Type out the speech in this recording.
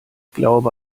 glaube